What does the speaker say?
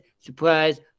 surprise